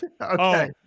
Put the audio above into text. Okay